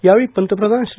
यावेळी पंतप्रधान श्री